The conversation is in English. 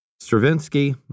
Stravinsky